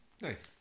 nice